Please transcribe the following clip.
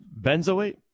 Benzoate